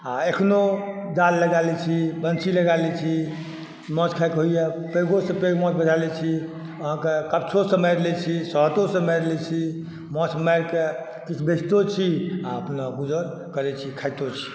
आ एखनो जाल लगा लै छी बंशी लगा लै छी माछ खाय कऽ मोन होइया पैघो सँ पैघ माछ बझा लै छी आहाँके कपछो सँ मारि लै छी सहऽतो सँ मारि लै छी माछ मारि कऽ किछु बेचितो छी आ अपना गुजर करै छी खाइतो छी